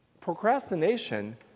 procrastination